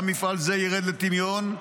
גם מפעל זה ירד לטמיון,